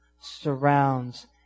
surrounds